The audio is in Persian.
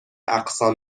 اقصا